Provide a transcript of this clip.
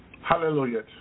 Hallelujah